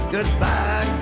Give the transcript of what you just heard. Goodbye